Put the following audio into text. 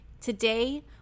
Today